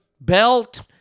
belt